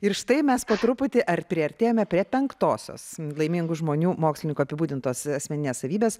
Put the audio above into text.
ir štai mes po truputį ar priartėjome prie penktosios laimingų žmonių mokslininkų apibūdintos asmeninės savybės